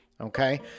Okay